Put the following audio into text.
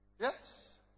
Yes